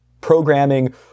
programming